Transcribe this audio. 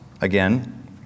again